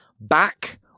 back